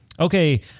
Okay